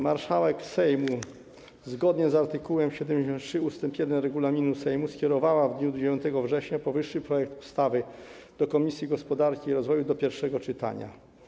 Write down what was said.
Marszałek Sejmu zgodnie z art. 73 ust. 1 regulaminu Sejmu skierowała w dniu 9 września powyższy projekt ustawy do Komisji Gospodarki i Rozwoju do pierwszego czytania.